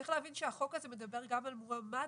צריך להבין שהחוק הזה מדבר גם על מועמד